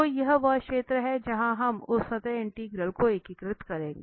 तो यह वह क्षेत्र है जहां हम उस सतह इंटीग्रल को एकीकृत करेंगे